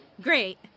Great